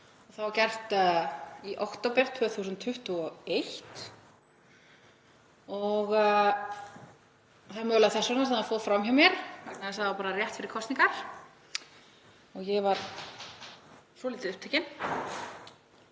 það var gert í október 2021. Það er mögulega þess vegna sem það fór fram hjá mér, það var bara rétt fyrir kosningar og ég var svolítið upptekin